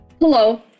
Hello